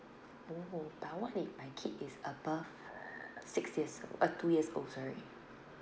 oh but what if my kid is above six years uh two years old sorry